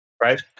Right